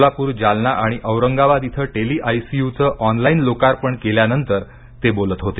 सोलापूर जालना आणि औरंगाबाद इथं टेली आयसीयूचं ऑनलाईन लोकार्पण केल्यानंतर ते बोलत होते